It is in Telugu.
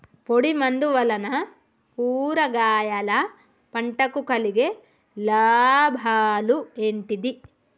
పొడిమందు వలన కూరగాయల పంటకు కలిగే లాభాలు ఏంటిది?